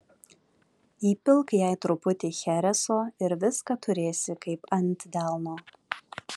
įpilk jai truputį chereso ir viską turėsi kaip ant delno